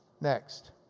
Next